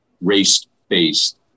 race-based